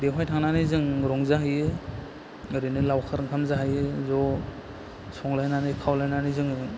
बेवहाय थांनानै जों रंजाहैयो ओरैनो लावखार ओंखाम जाहैयो ज' संलायनानै खावलायनानै जोङो